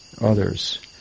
others